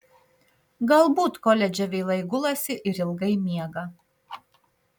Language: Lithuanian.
galbūt koledže vėlai gulasi ir ilgai miega